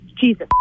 Jesus